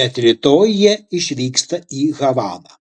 bet rytoj jie išvyksta į havaną